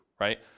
right